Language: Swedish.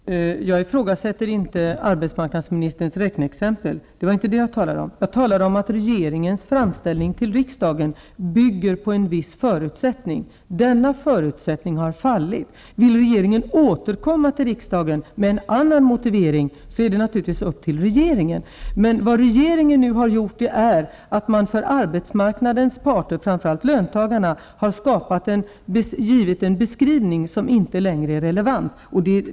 Herr talman! Jag ifrågasätter inte arbetsmark nadsministerns räkneexempel. Vad jag talade om var i stället regeringens framställan till riksdagen, som bygger på en viss förutsättning. Denna förut sättning har så att säga fallit. Om regeringen vill återkomma till riksdagen med en annan motivering, är det naturligtvis upp till regeringen att göra det. Vad regeringen nu har gjort är att man har givit arbetsmarknadens par ter, och då framför allt löntagarna, en beskrivning som inte längre är relevant.